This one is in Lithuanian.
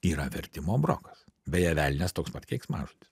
yra vertimo brokas beje velnias toks pat keiksmažodis